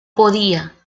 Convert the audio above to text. podía